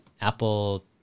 Apple